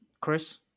chris